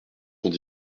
sont